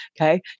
Okay